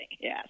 yes